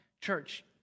church